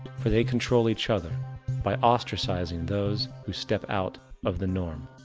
for they control each other by ostracizing those who step out of the norm.